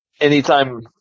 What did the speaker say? anytime